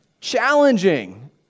challenging